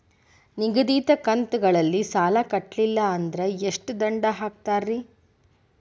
ನಿಗದಿತ ಕಂತ್ ಗಳಲ್ಲಿ ಸಾಲ ಕಟ್ಲಿಲ್ಲ ಅಂದ್ರ ಎಷ್ಟ ದಂಡ ಹಾಕ್ತೇರಿ?